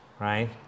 right